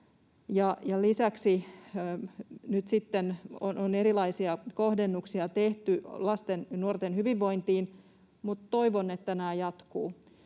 sitten on erilaisia kohdennuksia tehty lasten ja nuorten hyvinvointiin, mutta toivon, että nämä jatkuvat.